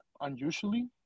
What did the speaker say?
unusually